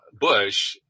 Bush